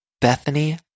Bethany